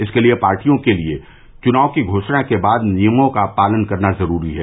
इसके लिए पार्टियों के लिए चुनाव की घोषणा के बाद नियमों का पालन करना जरूरी है